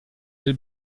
del